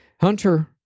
Hunter